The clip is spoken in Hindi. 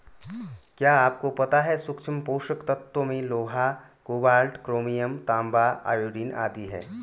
क्या आपको पता है सूक्ष्म पोषक तत्वों में लोहा, कोबाल्ट, क्रोमियम, तांबा, आयोडीन आदि है?